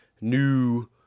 new